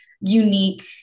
unique